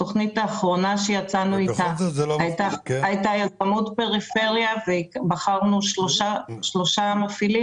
התכנית האחרונה שיצאנו איתה הייתה יזמות פריפריה ובחרנו שלושה מפעילים